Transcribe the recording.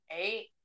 Eight